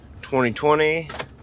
2020